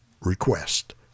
request